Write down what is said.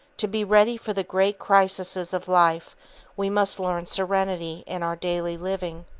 to be ready for the great crises of life we must learn serenity in our daily living.